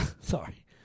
sorry